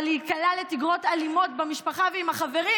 או להיקלע לתגרות אלימות במשפחה ועם החברים,